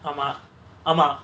ஆமா ஆமா:aama aama